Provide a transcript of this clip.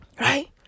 right